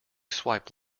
swipe